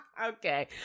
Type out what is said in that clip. Okay